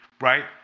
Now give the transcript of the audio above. right